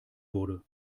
wurde